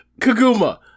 Kaguma